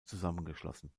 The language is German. zusammengeschlossen